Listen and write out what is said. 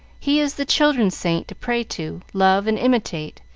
he is the children's saint to pray to, love, and imitate,